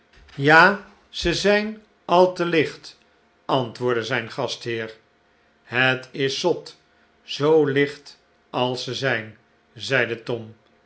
ja ze zijn al te licht antwoordde zijn gastheer het is zot zoo licht als ze zijn zeide tom